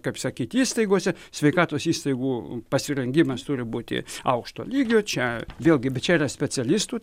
kaip sakyt įstaigose sveikatos įstaigų pasirengimas turi būti aukšto lygio čia vėlgi bet čia yra specialistų